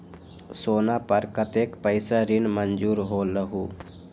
सोना पर कतेक पैसा ऋण मंजूर होलहु?